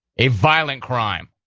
a violent crime.